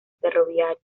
ferroviario